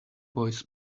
boys